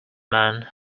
man